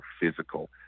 physical